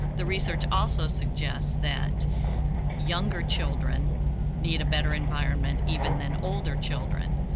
the research also suggests that younger children need a better environment even than older children,